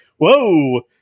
Whoa